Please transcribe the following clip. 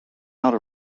out